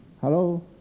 Hello